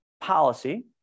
policy